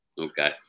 Okay